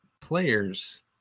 players